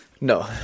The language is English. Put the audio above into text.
No